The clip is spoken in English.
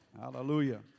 Hallelujah